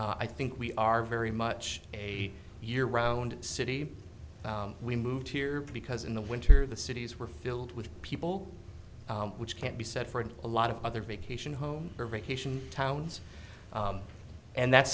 i think we are very much a year round city we moved here because in the winter the cities were filled with people which can't be said for a lot of other vacation home or vacation towns and that's